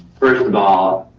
first of all,